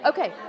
Okay